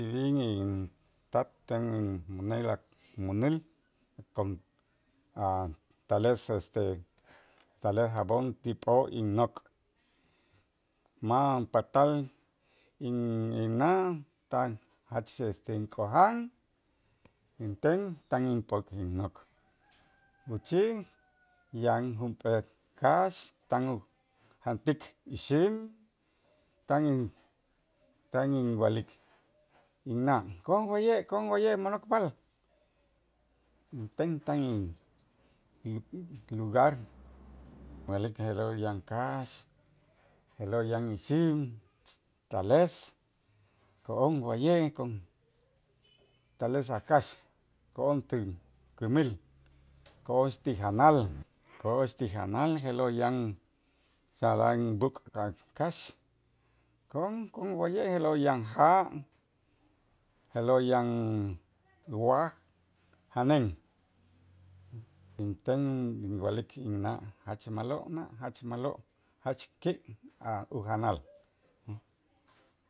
tat ten in moneda mänäl kon atales este tales jab'on ti p'o' innok' ma' patal in- inna' ta jach k'ojan inten tan inp'o' innok', uchij yan junp'ee kax tan ujantik ixim, tan in tan inwa'lik inna' ko'on ko'on wa'ye' mo'nokpaal, inten tan in lugar wa'lik je'lo' yan kax je'lo' yan ixim tales ko'on wa'ye' kon tales a' kax ko'on ti kimil, ko'ox ti janal ko'ox ti janal je'lo' yan salan b'äk' a' kax ko'on ko'on wa'ye' je'lo' yan ja', je'lo' yan waj, janeen inten inwa'lik inna' jach ma'lo' na', jach ma'lo' jach ki' a' ujanal.